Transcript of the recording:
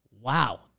wow